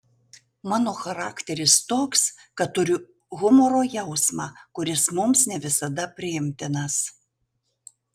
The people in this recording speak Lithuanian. mano charakteris toks kad turiu humoro jausmą kuris mums ne visada priimtinas